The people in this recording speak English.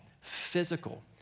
physical